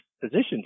positions